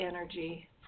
energy